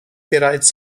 bereits